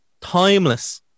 Timeless